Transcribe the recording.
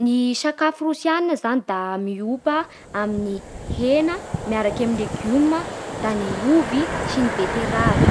Ny sakafo rusiana zany da miopa amin'ny hena miaraky amin'ny legima, da ny ovy sy ny beteravy